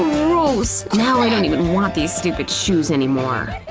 gross! now i don't even want these stupid shoes anymore!